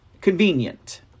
convenient